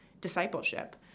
Discipleship